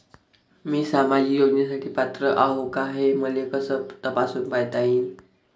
मी सामाजिक योजनेसाठी पात्र आहो का, हे मले कस तपासून पायता येईन?